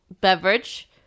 beverage